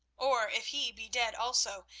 or if he be dead also,